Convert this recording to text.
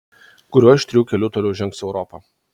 kuriuo iš trijų kelių toliau žengs europa